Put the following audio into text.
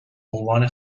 عنوان